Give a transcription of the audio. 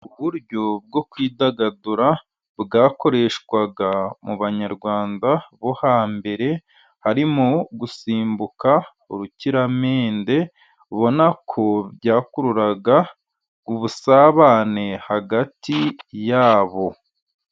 Uburyo bwo kwidagadura, bwakoreshwaga, mu banyarwanda, bo hambere, harimo gusimbuka urukiramende, ubona ko byakururaga ubusabane hagati yabo.